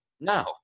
no